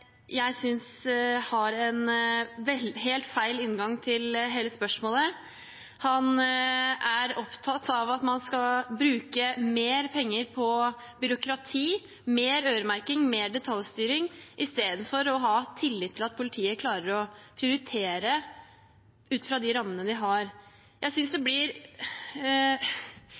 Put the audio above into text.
hele spørsmålet. Han er opptatt av at man skal bruke mer penger på byråkrati, mer øremerking, mer detaljstyring, i stedet for å ha tillit til at politiet klarer å prioritere ut fra de rammene de har. Jeg synes ikke det